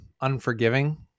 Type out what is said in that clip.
unforgiving